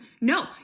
No